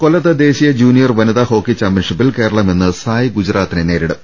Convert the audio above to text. കൊല്ലത്ത് ദേശീയ ജൂനിയർ വനിതാ ഹോക്കി ചാമ്പ്യൻഷിപ്പിൽ കേരളം ഇന്ന് സായ് ഗുജറാത്തിനെ നേരിടും